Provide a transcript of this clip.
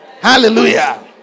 Hallelujah